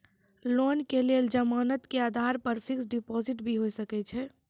Loan के लेल जमानत के आधार पर फिक्स्ड डिपोजिट भी होय सके छै?